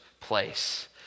place